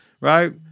Right